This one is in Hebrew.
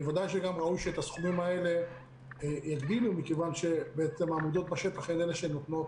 ובוודאי שראוי שיגדילו את הסכומים האלה כי העמותות בשטח הן אלה שנותנות